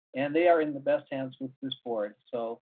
and they are in the best hands with this board. so,